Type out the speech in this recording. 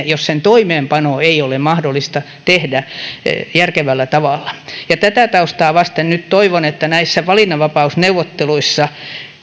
jos sen toimeenpanoa ei ole mahdollista tehdä järkevällä tavalla tätä taustaa vasten nyt toivon että näissä valinnanvapausneuvotteluissa